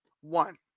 one